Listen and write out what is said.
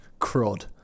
crud